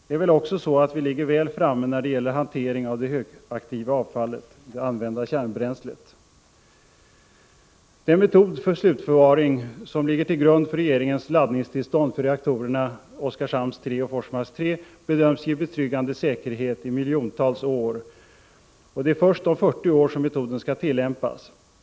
Det är väl också så att vi ligger väl framme när det gäller hantering av det högaktiva avfallet — det använda kärnbränslet. Den metod för slutförvaring av avfall som ligger till grund för regeringens laddningstillstånd för reaktorerna Oskarshamn 3 och Forsmark 3 bedöms ge betryggande säkerhet i miljontals år. Det är först om 40 år som metoden skall tillämpas.